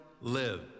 live